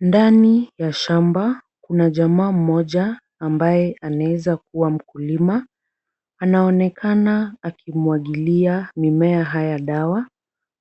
Ndani ya shamba kuna jamaa mmoja ambaye anaweza kuwa mkulima. Anaonekana akimwagilia mimea haya dawa.